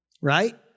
Right